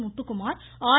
Muthukumar R